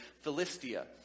Philistia